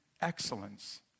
excellence